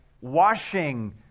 washing